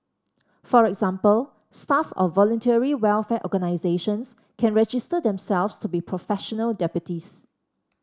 for example staff of Voluntary Welfare Organisations can register themselves to be professional deputies